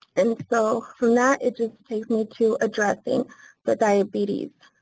and so, from that, it just takes me to addressing the diabetes,